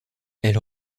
elle